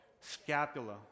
Scapula